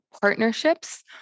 partnerships